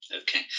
Okay